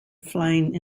flying